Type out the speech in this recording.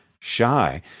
shy